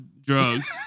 drugs